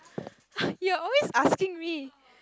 you're always asking me